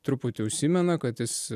truputį užsimena kad jis